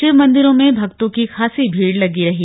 शिव मंदिरों में भक्तों की खासी भीड़ लगी रही